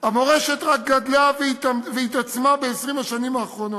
המורשת רק גדלה והתעצמה ב-20 השנים האחרונות.